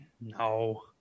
No